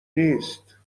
نیست